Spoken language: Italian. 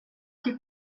che